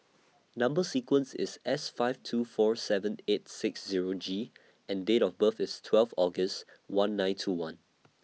Number sequence IS S five two four seven eight six Zero G and Date of birth IS twelve August one nine two one